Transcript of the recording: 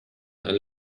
and